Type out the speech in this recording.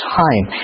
time